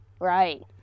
Right